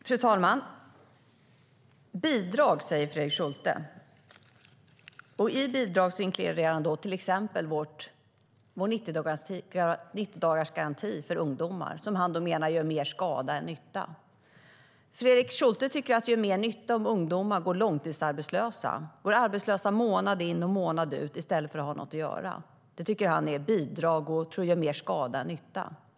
Fru talman! Bidrag, säger Fredrik Schulte. I bidrag inkluderar han då till exempel vår 90-dagarsgaranti för ungdomar som han menar gör mer skada än nytta. Fredrik Schulte tycker att det gör mer nytta om ungdomar går långtidsarbetslösa månad in och månad ut i stället för att ha något att göra. Vår 90-dagarsgaranti tycker han är ett bidrag som gör mer skada än nytta.